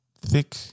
thick